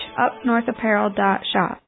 upnorthapparel.shop